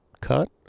cut